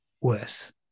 worse